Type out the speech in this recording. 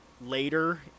later